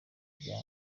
rya